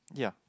ya